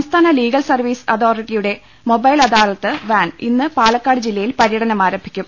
സംസ്ഥാന legal service അതോറിറ്റിയുടെ mobile adalat van ഇന്ന് പാലക്കാട് ജില്ലയിൽ പരൃടനം ആരംഭി ക്കും